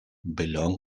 belong